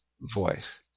voice